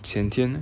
前天